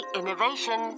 innovation